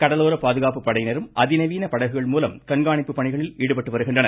கடலோர பாதுகாப்புப் படையினரும் அதிநவீன படகுகள் மூலம் கண்காணிப்புப் பணிகளில் ஈடுபட்டு வருகின்றனர்